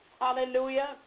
Hallelujah